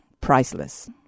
priceless